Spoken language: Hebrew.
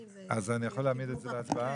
אז אני יכול להעמיד את זה להצבעה?